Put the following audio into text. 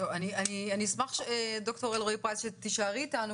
אני אשמח שדוקטור אלרעי פרייס תישארי אתנו